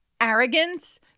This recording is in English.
arrogance